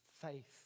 faith